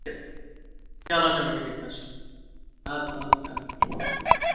چَلو چَلو ٹھیٖک حظ چھُ اَدٕ اَدٕ اَدٕ